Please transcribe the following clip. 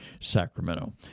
Sacramento